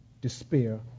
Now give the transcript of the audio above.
despair